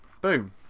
Boom